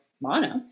mono